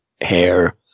hair